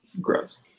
Gross